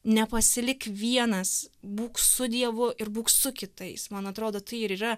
nepasilik vienas būk su dievu ir būk su kitais man atrodo tai ir yra